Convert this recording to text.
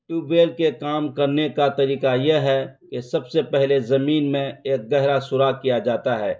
tube well کے کام کرنے کا طریقہ یہ ہے کہ سب سے پہلے زمین میں ایک گہرا سوراخ کیا جاتا ہے